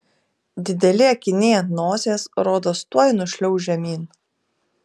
dideli akiniai ant nosies rodos tuoj nušliauš žemyn